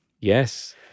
Yes